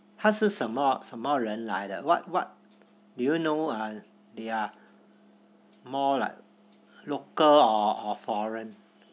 他是什么什么人来的 what what do you know uh they are more like local or foreign